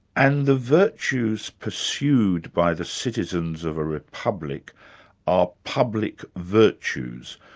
and the virtues pursued by the citizens of a republic are public virtues.